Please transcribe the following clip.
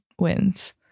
wins